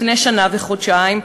לפני שנה וחודשיים,